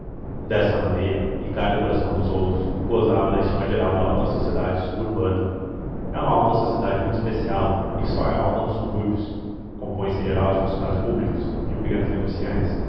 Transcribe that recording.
dessa maneira ricardo coração dos outros gozava da estima geral da alta sociedade suburbana é uma alta sociedade muito especial e que só é alta nos subúrbios compõe-se em geral de funcionários públicos de pequenos negociantes